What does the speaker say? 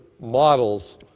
models